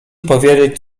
powiedzieć